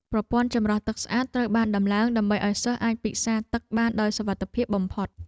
ប្រព័ន្ធចម្រោះទឹកស្អាតត្រូវបានតម្លើងដើម្បីឱ្យសិស្សអាចពិសាទឹកបានដោយសុវត្ថិភាពបំផុត។